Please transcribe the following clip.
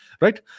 right